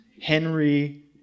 Henry